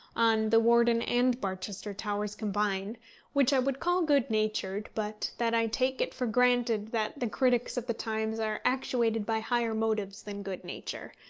on the warden and barchester towers combined which i would call good-natured, but that i take it for granted that the critics of the times are actuated by higher motives than good-nature,